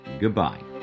Goodbye